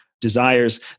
desires